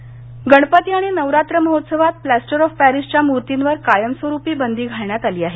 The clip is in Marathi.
मूर्ती गणपती आणि नवरात्र महोत्सवात प्लास्टर ऑफ पॅरिसच्या मूर्तीवर कायमस्वरुपी बंदी घालण्यात आली आहे